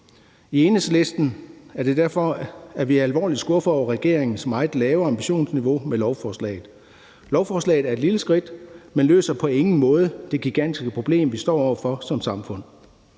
I Enhedslisten er vi derfor alvorligt skuffede over regeringens meget lave ambitionsniveau med lovforslaget. Lovforslaget er et lille skridt, men løser på ingen måde det gigantiske problem, vi står over for som samfund.